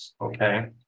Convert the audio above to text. Okay